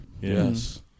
Yes